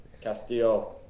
Castillo